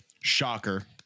shocker